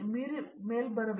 ಪ್ರತಾಪ್ ಹರಿಡೋಸ್ ಸರಿ